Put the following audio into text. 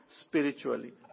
spiritually